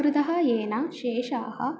कृतः येन शेषाः